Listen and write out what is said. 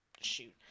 Shoot